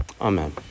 Amen